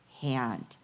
hand